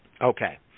Okay